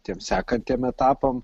tiem sekantiem etapam